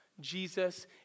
Jesus